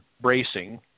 bracing